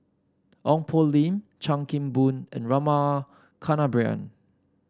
Ong Poh Lim Chan Kim Boon and Rama Kannabiran